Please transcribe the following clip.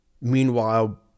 meanwhile